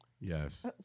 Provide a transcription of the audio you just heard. Yes